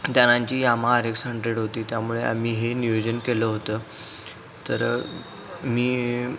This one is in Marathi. त्यानांची यामाहा आर एक्स हंड्रेड होती त्यामुळे आम्ही हे नियोजन केलं होतं तर मी